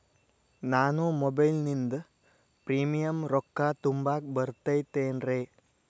ನಾನು ಮೊಬೈಲಿನಿಂದ್ ಪ್ರೇಮಿಯಂ ರೊಕ್ಕಾ ತುಂಬಾಕ್ ಬರತೈತೇನ್ರೇ?